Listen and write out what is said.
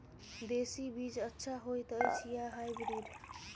देसी बीज अच्छा होयत अछि या हाइब्रिड?